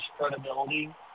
credibility